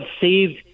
saved